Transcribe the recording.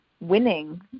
winning